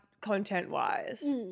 content-wise